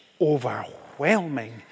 overwhelming